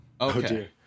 okay